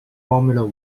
formula